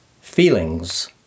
Feelings